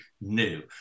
new